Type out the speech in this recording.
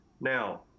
now